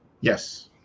yes